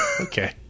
Okay